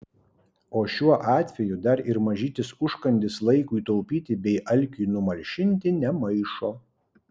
o šiuo atveju dar ir mažytis užkandis laikui taupyti bei alkiui numalšinti nemaišo